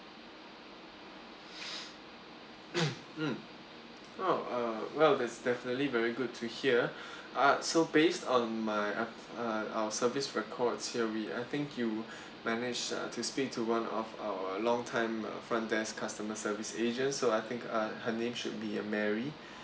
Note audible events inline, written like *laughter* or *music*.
*breath* mm mm oh uh well that's definitely very good to hear *breath* uh so based on my ou~ ou~ our service records here we I think you *breath* managed uh to speak to one of our long time uh front desk customer service agent so I think uh her name should be uh mary